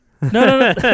No